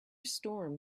storm